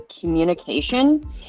communication